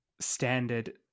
standard